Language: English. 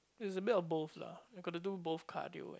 it's a bit of both lah I got to do both cardio and